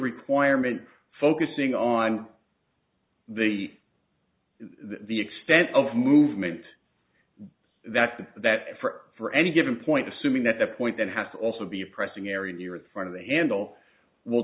requirement focusing on the the extent of movement that's the that for for any given point assuming that the point that has to also be a pressing area near the front of the handle will